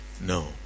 No